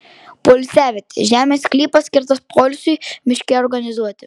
poilsiavietė žemės sklypas skirtas poilsiui miške organizuoti